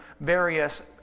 various